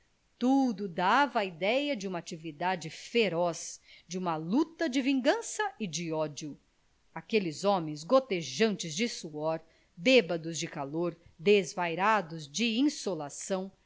tudo dava a idéia de uma atividade feroz de uma luta de vingança e de ódio aqueles homens gotejantes de suor bêbados de calor desvairados de insolação